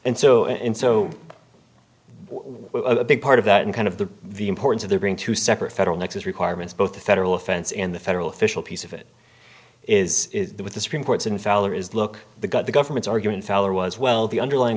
and so and so what big part of that and kind of the the importance of there being two separate federal nexus requirements both the federal offense in the federal official piece of it is what the supreme court's in feller is look the got the government's argument feller was well the underlying